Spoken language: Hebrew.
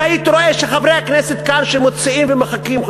אם הייתי רואה שחברי הכנסת כאן שמוציאים ומחכים,